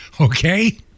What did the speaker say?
okay